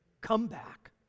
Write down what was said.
comeback